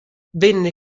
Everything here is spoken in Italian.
venne